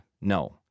No